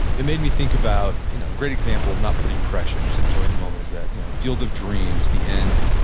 it made me think about you know a great example of not putting pressure and just enjoying the moment is that you know a field of dreams, the end,